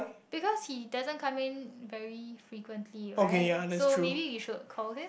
because he doesn't come in very frequency right so maybe we should call him